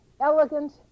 elegant